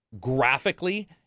graphically